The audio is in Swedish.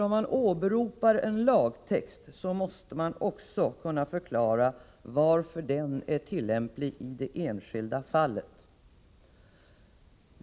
Om man åberopar en lagtext måste man också kunna förklara varför den är tillämplig i det enskilda fallet.